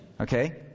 okay